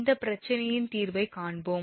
இந்த பிரச்சினையின் தீர்வை காண்போம்